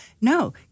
No